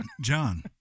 john